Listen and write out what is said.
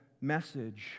message